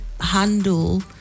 handle